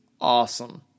awesome